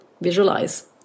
visualize